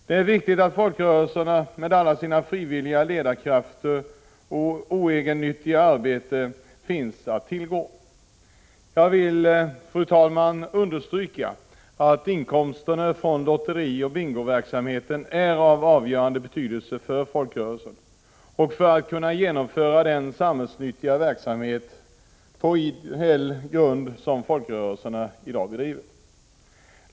Här är det viktigt att folkrörelserna med alla sina frivilliga ledarkrafter och sitt oegennyttiga arbete finns att tillgå. Fru talman! Jag vill understryka att inkomsterna från lotterioch bingoverksamhet är av avgörande betydelse för att folkrörelserna skall kunna genomföra den samhällsnyttiga verksamhet på ideell grund som de bedriver.